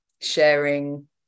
sharing